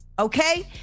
Okay